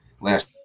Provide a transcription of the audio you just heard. last